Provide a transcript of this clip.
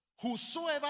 Whosoever